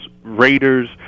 Raiders